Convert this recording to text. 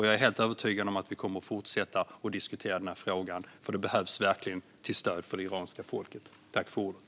Jag är helt övertygad om att vi kommer att fortsätta att diskutera denna fråga. Det behövs verkligen till stöd för det iranska folket.